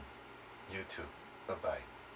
you too bye bye